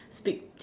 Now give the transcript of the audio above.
speak